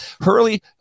Hurley